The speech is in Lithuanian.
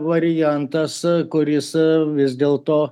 variantas kuris vis dėlto